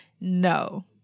no